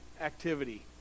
activity